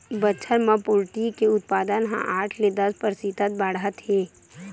बछर म पोल्टी के उत्पादन ह आठ ले दस परतिसत बाड़हत हे